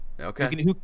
Okay